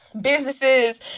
Businesses